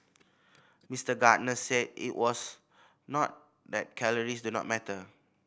Mister Gardner said it was not that calories do not matter